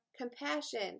compassion